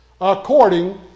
according